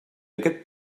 aquest